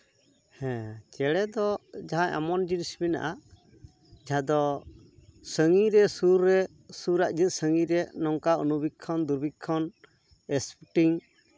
ᱦᱮᱸ ᱪᱮᱬᱮ ᱫᱚ ᱡᱟᱦᱟᱸ ᱮᱢᱚᱱ ᱡᱤᱱᱤᱥ ᱢᱮᱱᱟᱜᱼᱟ ᱡᱟᱦᱟᱸ ᱫᱚ ᱥᱟᱺᱜᱤᱧ ᱨᱮ ᱥᱩᱨ ᱨᱮ ᱥᱩᱨᱟᱜ ᱡᱤᱱᱤᱥ ᱥᱟᱺᱜᱤᱧ ᱨᱮ ᱱᱚᱝᱠᱟ ᱚᱱᱩᱵᱤᱠᱠᱷᱚᱱ ᱫᱩᱨᱵᱤᱠᱠᱷᱚᱱ ᱮᱥᱯᱤᱴᱤᱝ